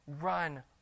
run